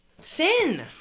Sin